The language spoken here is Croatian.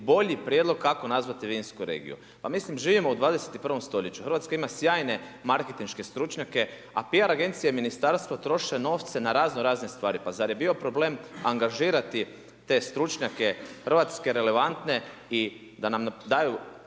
bolji prijedlog kako nazvati vinsku regiju. Pa mislim, živimo u 21. stoljeću. RH ima sjajne marketinške stručnjake, a PR agencije i ministarstvo troše novce na razno-razne stvari. Pa zar je bio problem angažirati te stručnjake hrvatske relevantne i da nam daju